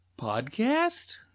podcast